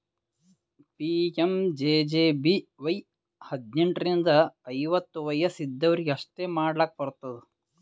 PMJJBY ಹದ್ನೆಂಟ್ ರಿಂದ ಐವತ್ತ ವಯಸ್ ಇದ್ದವ್ರಿಗಿ ಅಷ್ಟೇ ಮಾಡ್ಲಾಕ್ ಬರ್ತುದ